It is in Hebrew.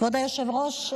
כבוד היושב-ראש,